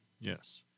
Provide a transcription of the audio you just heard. yes